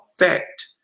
effect